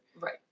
Right